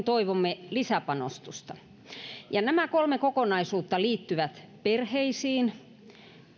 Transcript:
toivomme lisäpanostusta nämä kolme kokonaisuutta liittyvät perheisiin